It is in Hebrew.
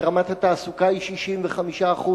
שרמת התעסוקה היא 65%,